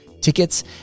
tickets